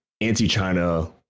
anti-China